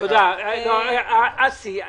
בסדר, לא הסכמת.